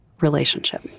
relationship